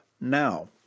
now